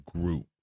group